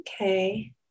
Okay